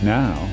now